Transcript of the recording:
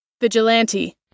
Vigilante